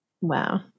Wow